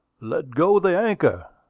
let go the anchor!